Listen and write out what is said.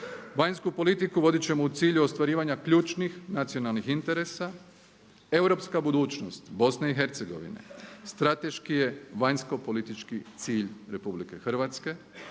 Vanjsku politiku vodit ćemo u cilju ostvarivanja ključnih nacionalnih interesa. Europska budućnost BiH strateški je vanjskopolitički cilj RH, briga o Hrvatima